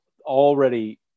already